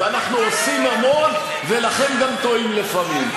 ואנחנו עושים המון ולכן גם טועים לפעמים.